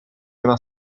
una